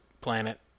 planet